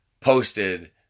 posted